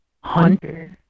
Hunter